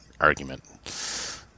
argument